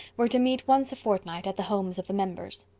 were to meet once a fortnight at the homes of the members.